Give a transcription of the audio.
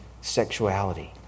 sexuality